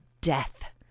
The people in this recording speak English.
death